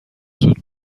زود